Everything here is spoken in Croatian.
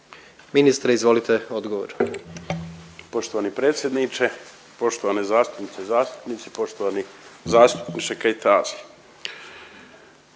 **Šušnjar, Ante (DP)** Poštovani predsjedniče, poštovane zastupnice i zastupnici, poštovani zastupniče Kajtazi,